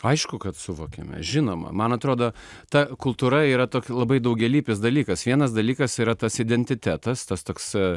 aišku kad suvokėme žinoma man atrodo ta kultūra yra tokia labai daugialypis dalykas vienas dalykas yra tas identitetas tas toks a